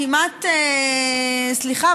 סליחה,